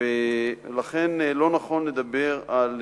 לכן לא נכון לדבר על